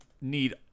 need